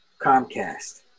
Comcast